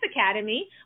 academy